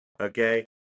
Okay